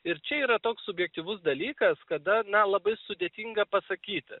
ir čia yra toks subjektyvus dalykas kada na labai sudėtinga pasakyti